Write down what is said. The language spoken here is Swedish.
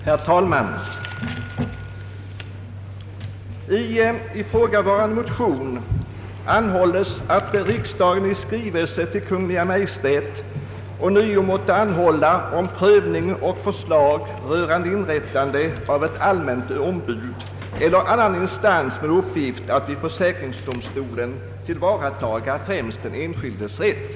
Herr talman! I ifrågavarande motioner hemställs att riksdagen i skrivelse till Kungl. Maj:t ånyo måtte anhålla om prövning och förslag rörande inrättandet av ett allmänt ombud eller annan instans med uppgift att vid försäkringsdomstolen tillvarataga främst den enskildes rätt.